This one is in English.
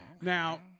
Now-